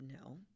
no